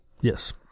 Yes